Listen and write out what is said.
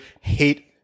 hate